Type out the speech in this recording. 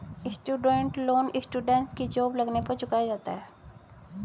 student loan students की job लगने पर चुकाया जाता है